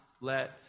let